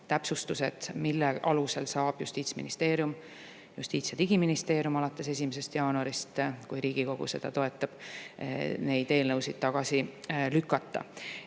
täpsustused, mille alusel saab Justiitsministeerium alates 1. jaanuarist, kui Riigikogu seda toetab, neid eelnõusid tagasi lükata.